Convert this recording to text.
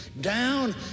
Down